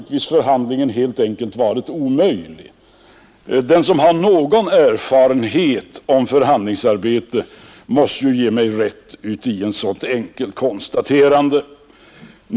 Den som har någon erfarenhet av förhandlingsarbete måste instämma i ett så enkelt konstaterande.